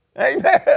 Amen